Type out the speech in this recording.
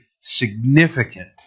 significant